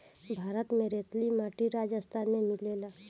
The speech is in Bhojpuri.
भारत में रेतीली माटी राजस्थान में मिलेला